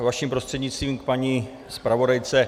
Vaším prostřednictvím k paní zpravodajce.